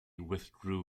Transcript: withdrew